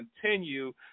continue